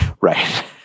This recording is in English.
Right